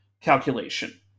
calculation